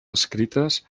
escrites